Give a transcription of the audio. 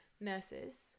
nurses